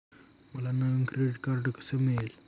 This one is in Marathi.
मला नवीन क्रेडिट कार्ड कसे मिळेल?